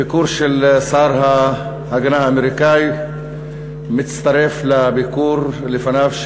הביקור של שר ההגנה האמריקני מצטרף לביקור לפניו,